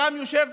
יושב